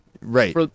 right